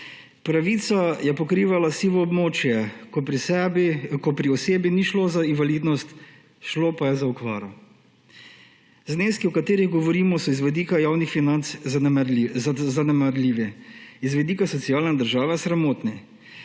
ostali. Pravica je pokrivala sivo območje, ko pri osebi ni šlo za invalidnost, šlo pa je za okvaro. Zneski, o katerih govorimo, so z vidika javnih financ zanemarljivi, z vidika socialne države sramotni,